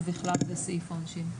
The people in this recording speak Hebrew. ובכלל זה את סעיף העונשין.